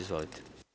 Izvolite.